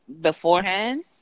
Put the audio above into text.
beforehand